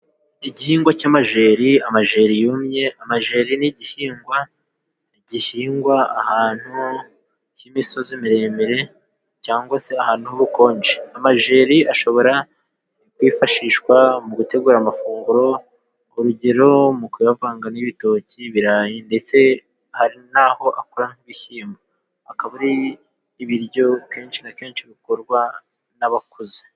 Igihingwa cy'amajeri, amajeri yumye. Amajeri ni igihingwa gihingwa ahantu h'imisozi miremire cyangwa se ahantu h'ubukonje. Amajeri ashobora kwifashishwa mu gutegura amafunguro urugero mu kuyavanga n'ibitoki, ibirayi ndetse hari naho akora nk'ibishyimbo, akaba ari ibiryo kenshi na kenshi bikorwa n'abakuze.